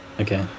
Okay